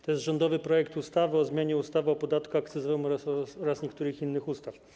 To jest rządowy projekt ustawy o zmianie ustawy o podatku akcyzowym oraz niektórych innych ustaw.